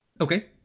Okay